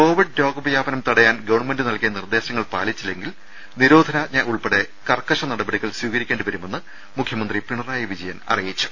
Covid രോഗ വ്യാപനം തടയാൻ ഗവൺമെന്റ് നൽകിയ നിർദ്ദേശങ്ങൾ പാലിച്ചില്ലെങ്കിൽ നിരോധനാജ്ഞ ഉൾപ്പെടെ കർക്കശ നപടികൾ സ്വീകരിക്കേണ്ടി വരുമെന്ന് മുഖ്യമന്ത്രി പിണറായി വിജയൻ അറിയിച്ചു